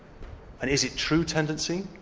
and is it true tendency,